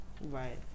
Right